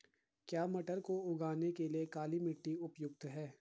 क्या मटर को उगाने के लिए काली मिट्टी उपयुक्त है?